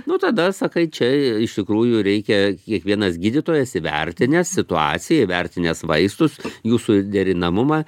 nu tada sakai čia iš tikrųjų reikia kiekvienas gydytojas įvertinęs situaciją įvertinęs vaistus jų suderinamumą